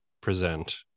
present